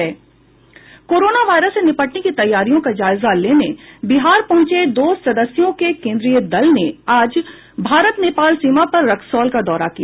corona virus से निपटने की तैयारियों का जायजा लेने बिहार पहुंचे दो सदस्यों के केन्द्रीय दल ने आज भारत नेपाल सीमा पर रक्सौल का दौरा किया